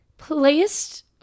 placed